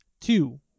two